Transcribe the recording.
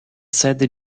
sede